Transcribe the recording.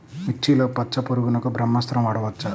మిర్చిలో పచ్చ పురుగునకు బ్రహ్మాస్త్రం వాడవచ్చా?